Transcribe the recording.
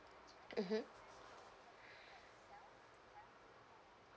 mmhmm